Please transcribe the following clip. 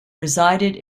resided